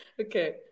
Okay